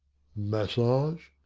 massage?